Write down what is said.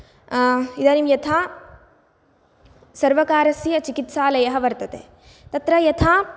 इदानीं यथा सर्वकारस्य चिकित्सालयः वर्तते तत्र यथा